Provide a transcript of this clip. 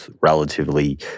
relatively